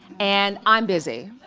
and i'm busy.